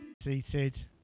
seated